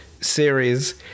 series